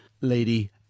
lady